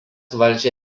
valdžią